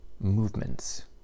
movements